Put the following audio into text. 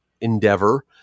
endeavor